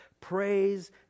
praise